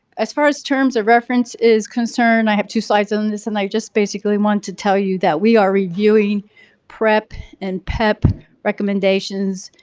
as far as terms of reference is concerned i have two slides on this and i just basically want to tell you that we are reviewing prep and pep recommendations.